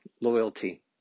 loyalty